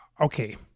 okay